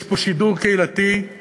יש פה שידור קהילתי,